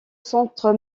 centre